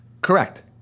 Correct